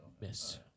Miss